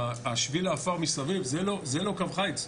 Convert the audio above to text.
שביל העפר מסביב זה לא קו חיץ.